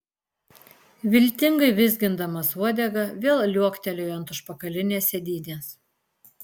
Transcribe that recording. viltingai vizgindamas uodegą vėl liuoktelėjo ant užpakalinės sėdynės